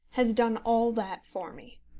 has done all that for me.